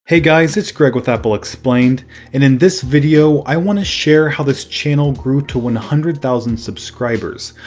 hey guys, it's greg with apple explained. and in this video i want to share how this channel grew to one hundred thousand subscribers,